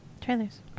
Trailers